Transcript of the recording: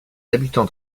habitants